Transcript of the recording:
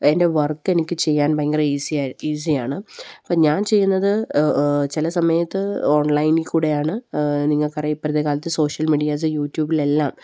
എൻ്റെ വർക്ക് എനിക്ക് ചെയ്യാൻ ഭയങ്കരം ഈസിയാണ് അപ്പോള് ഞാൻ ചെയ്യുന്നത് ചില സമയത്ത് ഓൺലൈനില് കൂടെയാണ് നിങ്ങള്ക്കറിയാം ഇപ്പോഴത്തെക്കാലത്ത് സോഷ്യൽ മീഡിയാസ് യൂട്യൂബിലെല്ലാം